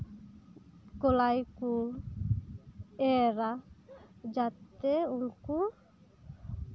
ᱠᱚᱞᱟᱭ ᱠᱚ ᱮᱨᱟ ᱡᱟᱛᱮ ᱩᱱᱠᱩ